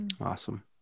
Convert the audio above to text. Awesome